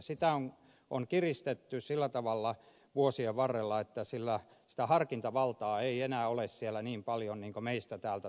sitä on kiristetty sillä tavalla vuosien varrella että sitä harkintavaltaa ei enää ole siellä niin paljon kuin meistä täällä tuntuu